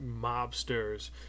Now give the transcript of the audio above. mobsters